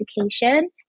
education